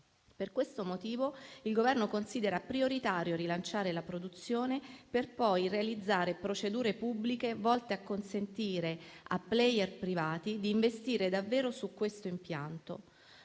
Per questo motivo, il Governo considera prioritario rilanciare la produzione per poi realizzare procedure pubbliche volte a consentire a *player* privati di investire davvero su questo impianto.